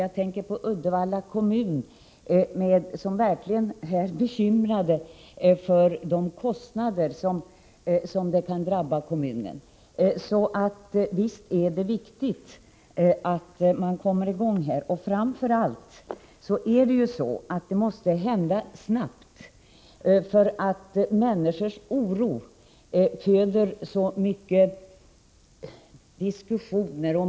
Jag tänker på Uddevalla kommun, där man verkligen är bekymrad över de kostnader som kan drabba kommunen. Så visst är det viktigt att man kommer i gång, och det måste ske något snarast. Människors oro föder så mycket diskussioner.